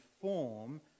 form